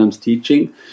teaching